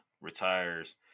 retires